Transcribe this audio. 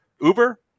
Uber